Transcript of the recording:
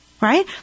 Right